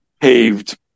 paved